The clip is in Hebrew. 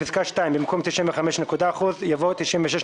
(ב)בפסקה (2), במקום "95.1%" יבוא "96.7%".